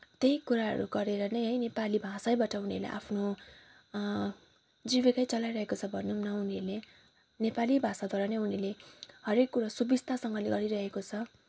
त्यही कुराहरू गरेर नै है नेपाली नेपाली भाषैबाट उनीहरूले आफ्नो जीविकै चलाइरहेको छ भनौँ न उनीहरूले नेपाली भाषाद्वारा नै उनीहरूले हरेक कुरो सुबिस्तासँगले गरिरहेको छ